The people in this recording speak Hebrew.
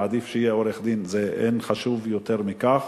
ועדיף שיהיה עורך-דין, אין חשוב יותר מכך.